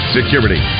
Security